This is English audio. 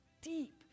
deep